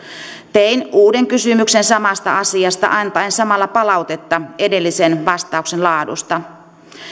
tein uuden kysymyksen samasta asiasta antaen samalla palautetta edellisen vastauksen laadusta